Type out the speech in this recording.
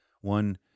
one